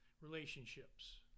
relationships